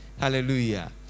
Hallelujah